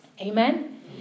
Amen